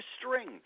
string